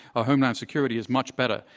our homeland security is much better,